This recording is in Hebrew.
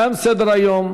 תם סדר-היום.